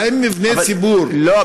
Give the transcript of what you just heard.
האם מבני ציבור, לא.